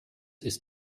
ist